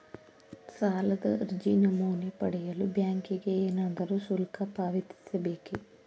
ಸಾಲದ ಅರ್ಜಿ ನಮೂನೆ ಪಡೆಯಲು ಬ್ಯಾಂಕಿಗೆ ಏನಾದರೂ ಶುಲ್ಕ ಪಾವತಿಸಬೇಕೇ?